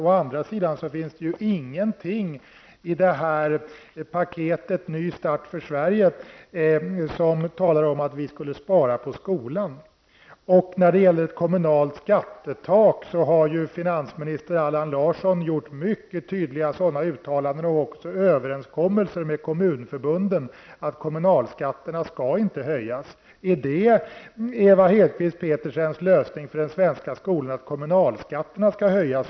Å andra sidan finns det inget i paketet Ny start för Sverige som talar om att vi skall spara in på skolan. När det gäller ett kommunalt skattetak har finansminister Allan Larsson gjort mycket tydliga uttalanden och överenskommelser med kommunförbunden att kommunalskatterna inte skall höjas. För Ewa Hedkvist Petersen är lösningen för den svenska skolan att kommunalskatterna skall höjas.